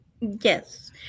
yes